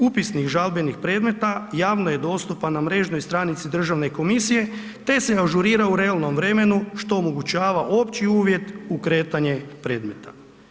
Upisnik žalbenih predmeta javno je dostupan na mrežnoj stranici Državne komisije te se ažurira u realnom vremenu što omogućava opći uvjet u kretanje predmeta.